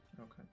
Okay